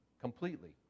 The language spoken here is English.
completely